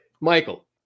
Michael